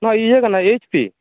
ᱱᱚᱣᱟ ᱤᱭᱟᱹ ᱠᱟᱱᱟ ᱮᱭᱤᱪ ᱯᱤ